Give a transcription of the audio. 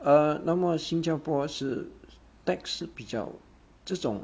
err 那么新加坡是 tax 是比较这种